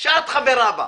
שאת חברה בה.